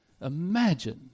imagine